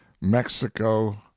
mexico